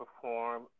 perform